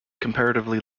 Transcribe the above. comparatively